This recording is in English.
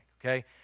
okay